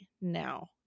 now